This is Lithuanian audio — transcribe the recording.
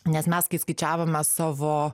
nes mes kai skaičiavome savo